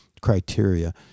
criteria